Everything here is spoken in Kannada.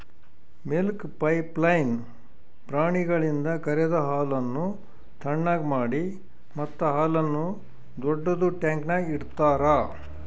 ಮಿಲ್ಕ್ ಪೈಪ್ಲೈನ್ ಪ್ರಾಣಿಗಳಿಂದ ಕರೆದ ಹಾಲನ್ನು ಥಣ್ಣಗ್ ಮಾಡಿ ಮತ್ತ ಹಾಲನ್ನು ದೊಡ್ಡುದ ಟ್ಯಾಂಕ್ನ್ಯಾಗ್ ಇಡ್ತಾರ